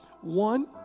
One